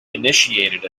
initiated